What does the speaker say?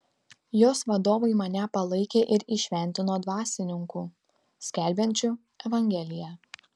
jos vadovai mane palaikė ir įšventino dvasininku skelbiančiu evangeliją